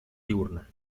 diurna